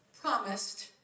promised